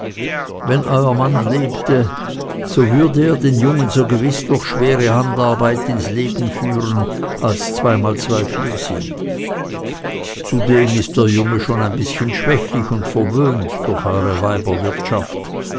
wenn euer mann lebte so würde er den jungen so gewiß durch schwere handarbeit ins leben führen als zwei mal zwei vier sind zudem ist der junge schon ein bißchen schwächlich und verwöhnt durch euere weiberwirtschaft